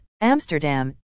Amsterdam